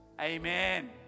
amen